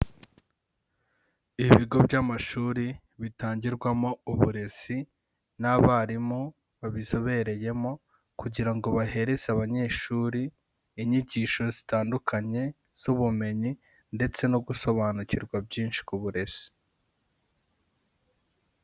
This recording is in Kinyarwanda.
Ibigo by'amashuri bitangirwamo uburezi n'abarimu babizobereyemo kugira ngo bahereze abanyeshuri inyigisho zitandukanye z'ubumenyi ndetse no gusobanukirwa byinshi ku burezi.